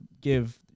give